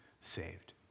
saved